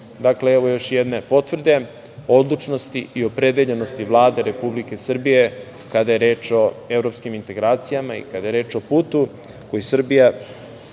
Dakle, evo još jedne potvrde o odlučnosti i opredeljenosti Vlade Republike Srbije kada je reč o evropskim integracijama i kada je reč o putu koji Srbija